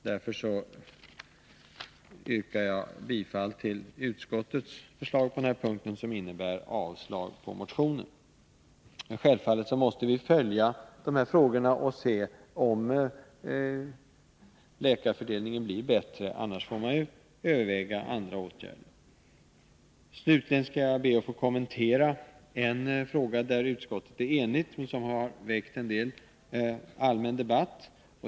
Därför yrkar jag bifall till utskottets förslag som innebär avslag på motionen. Självfallet måste vi följa de här frågorna och se om läkarfördelningen blir bättre — annars får man överväga andra åtgärder. Slutligen skall jag be att få kommentera en fråga där utskottet är enigt, som har väckt en del allmän debatt.